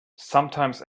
sometimes